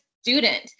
student